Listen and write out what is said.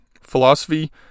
Philosophy